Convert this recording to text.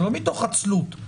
זה לא מתוך עצלות,